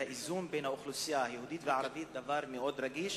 והאיזון בין האוכלוסייה היהודית והערבית הוא דבר מאוד רגיש